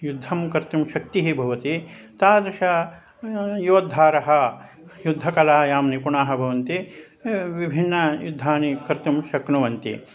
युद्धं कर्तुं शक्तिः भवति तादृश योद्धारः युद्धकलायां निपुणाः भवन्ति विभिन्नयुद्धानि कर्तुं शक्नुवन्ति